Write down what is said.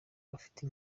bafite